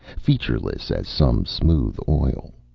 featureless as some smooth oil.